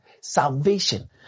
salvation